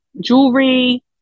jewelry